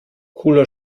cooler